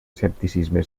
escepticisme